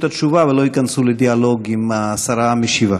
התשובה ולא ייכנסו לדיאלוג עם השרה המשיבה.